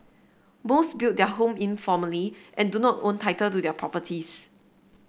most built their home informally and do not own title to their properties